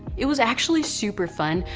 it was actually super fun.